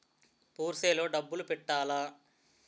Purse లో డబ్బులు పెట్టలా?